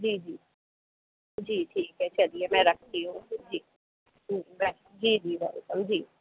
जी जी जी ठीक है चलिए मैं रखती हूँ जी जी वेलकम जी